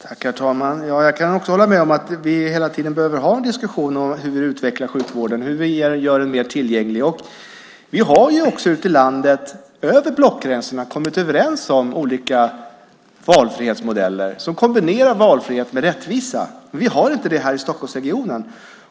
Herr talman! Jag kan också hålla med om att vi hela tiden behöver ha en diskussion om hur vi utvecklar sjukvården och hur vi gör den mer tillgänglig. Vi har också ute i landet, över blockgränserna, kommit överens om olika valfrihetsmodeller som kombinerar valfrihet med rättvisa. Men vi har inte det här i Stockholmsregionen.